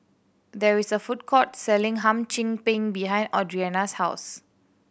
there is a food court selling Hum Chim Peng behind Audriana's house